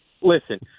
Listen